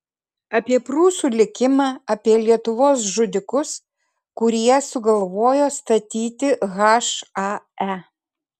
apie prūsų likimą apie lietuvos žudikus kurie sugalvojo statyti hae